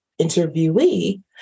interviewee